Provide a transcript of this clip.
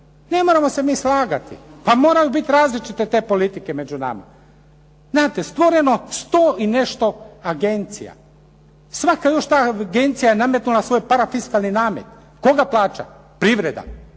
Ne moramo se mi slagati. Pa moraju biti različite te politike među nama. Znate, stvoreno sto i nešto agencija. Svaka još ta agencija je nametnula svoj parafiskalni namet. Tko ga plaća? Privreda.